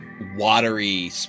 watery